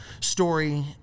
story